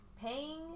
paying